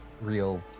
real